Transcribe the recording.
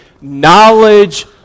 knowledge